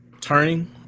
turning